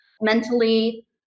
mentally